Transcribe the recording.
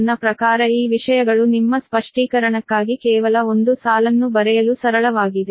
ನನ್ನ ಪ್ರಕಾರ ಈ ವಿಷಯಗಳು ನಿಮ್ಮ ಸ್ಪಷ್ಟೀಕರಣಕ್ಕಾಗಿ ಕೇವಲ ಒಂದು ಸಾಲನ್ನು ಬರೆಯಲು ಸರಳವಾಗಿದೆ